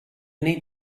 need